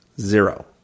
Zero